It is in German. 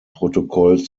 protokoll